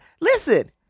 listen